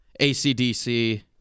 ACDC